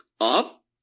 up